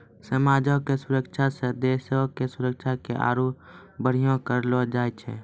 समाजो के सुरक्षा से देशो के सुरक्षा के आरु बढ़िया करलो जाय छै